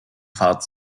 fahrt